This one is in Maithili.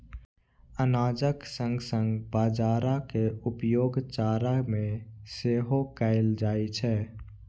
अनाजक संग संग बाजारा के उपयोग चारा मे सेहो कैल जाइ छै